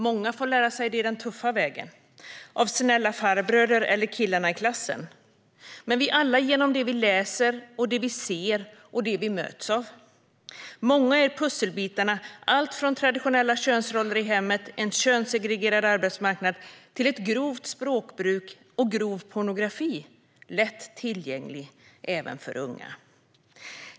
Många får lära sig det den tuffa vägen, av snälla farbröder eller av killarna i klassen. Men vi får alla lära oss det genom det vi läser och det vi ser och det vi möts av. Många är pusselbitarna: allt från traditionella könsroller i hemmet och en könssegregerad arbetsmarknad till ett grovt språkbruk och grov pornografi, som är lätt tillgänglig även för unga.